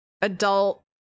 adult